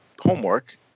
homework